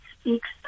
speaks